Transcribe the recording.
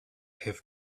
have